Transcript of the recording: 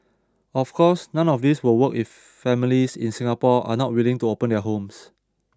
of course none of this will work if families in Singapore are not willing to open their homes